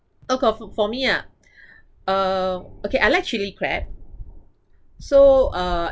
for for me ah uh okay I like chilli crab so uh